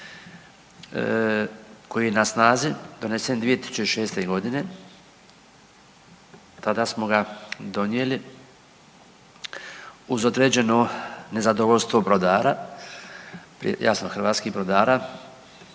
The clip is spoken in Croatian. koji je na snazi donesen 2006.g., tada smo ga donijeli uz određeno nezadovoljstvo brodara, jasno hrvatskih brodara,